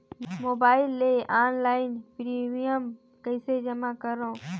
Mobile ले online premium कइसे जमा करों?